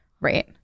Right